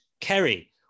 Kerry